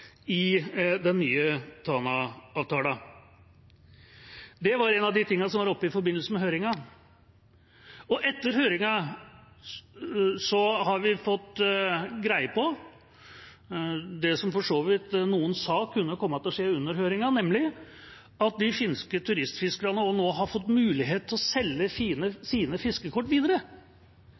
i den nye Tana-avtalen. Det var en av de tingene som var oppe i forbindelse med høringen, og etter høringen har vi fått greie på det som for så vidt noen sa kunne komme til å skje under høringen, nemlig at de finske turistfiskerne nå også har fått mulighet til å selge sine fiskekort videre.